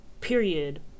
period